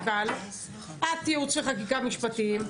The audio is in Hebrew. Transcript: את ייעוץ וחקיקה משפטית,